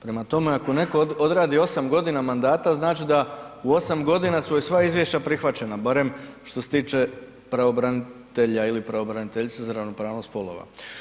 Prema tome ako netko odradi 8 godina mandata znači da u 8 godina su joj sva izvješća prihvaćena, barem što se tiče pravobranitelja ili pravobraniteljice za ravnopravnost spolova.